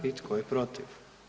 I tko je protiv?